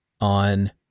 on